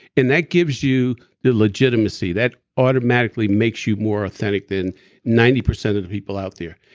and that gives you the legitimacy. that automatically makes you more authentic than ninety percent of the people out there.